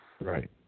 Right